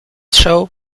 show